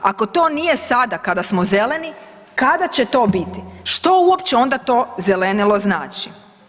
Ako to nije sada kada smo zeleni, kada će to biti, što ona uopće to zelenilo znači?